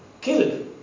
killed